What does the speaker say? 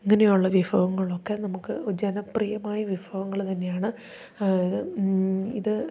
ഇങ്ങനെയുള്ള വിഭവങ്ങളൊക്കെ നമുക്ക് ജനപ്രിയമായ വിഭവങ്ങൾ തന്നെയാണ് ഇത്